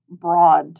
broad